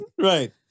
right